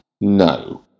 No